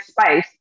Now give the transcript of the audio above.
space